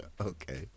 Okay